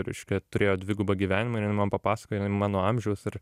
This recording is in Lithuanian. reiškia turėjo dvigubą gyvenimą ir jin man papasakojo jin mano amžiaus ir